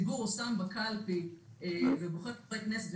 שהציבור הצביע בקלפי ובחר חברי כנסת,